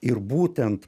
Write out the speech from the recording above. ir būtent